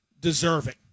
deserving